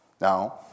Now